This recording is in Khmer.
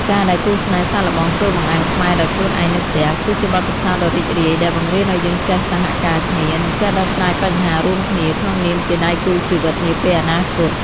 ការដែលគូស្នេហ៍សាកល្បងធ្វើបង្អែមខ្មែរដោយខ្លួនឯងនៅផ្ទះ គឺជាបទពិសោធន៍ដ៏រីករាយដែលបង្រៀនឱ្យយើងចេះសហការគ្នា និងចេះដោះស្រាយបញ្ហារួមគ្នាក្នុងនាមជាដៃគូជីវិតនាពេលអនាគត។